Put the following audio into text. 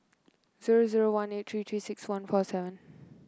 zero zero one eight three Three six one four seven